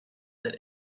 that